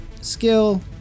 skill